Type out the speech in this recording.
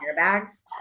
airbags